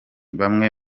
bamwe